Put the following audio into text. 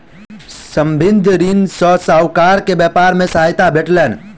संबंद्ध ऋण सॅ साहूकार के व्यापार मे सहायता भेटलैन